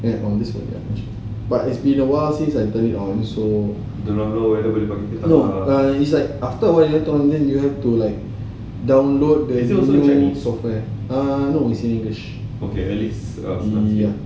and on this [one] but it's been awhile since I turn it on no it's like after awhile you went on then you have to like download the new software err no it's in english